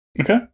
Okay